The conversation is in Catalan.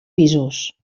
pisos